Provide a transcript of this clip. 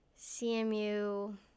CMU